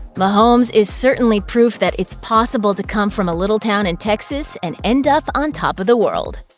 mahomes is certainly proof that it's possible to come from a little town in texas and end up on top of the world.